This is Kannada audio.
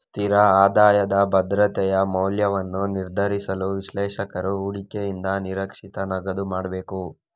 ಸ್ಥಿರ ಆದಾಯದ ಭದ್ರತೆಯ ಮೌಲ್ಯವನ್ನು ನಿರ್ಧರಿಸಲು, ವಿಶ್ಲೇಷಕರು ಹೂಡಿಕೆಯಿಂದ ನಿರೀಕ್ಷಿತ ನಗದು ಮಾಡಬೇಕು